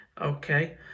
Okay